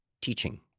teaching